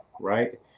right